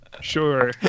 Sure